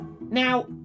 Now